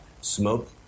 smoke